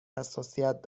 حساسیت